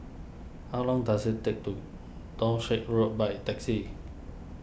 how long does it take to Townshend Road by taxi